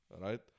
right